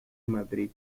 madrid